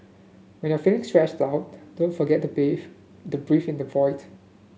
when you are feeling stressed out don't forget the base the breathe in the void